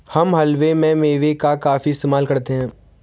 हम हलवे में मेवे का काफी इस्तेमाल करते हैं